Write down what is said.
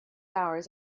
hours